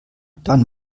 dann